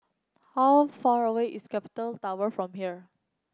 how far away is Capital Tower from here